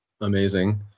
Amazing